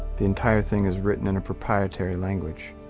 the entire thing is written in a proprietary language.